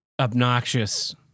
obnoxious